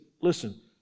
listen